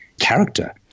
character